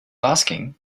asking